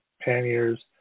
panniers